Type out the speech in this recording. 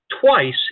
twice